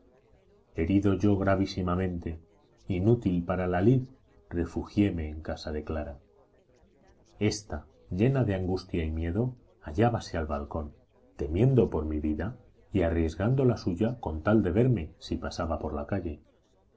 herido yo gravísimamente inútil para la lid refugiéme en casa de clara ésta llena de angustia y miedo hallábase al balcón temiendo por mi vida y arriesgando la suya con tal de verme si pasaba por la calle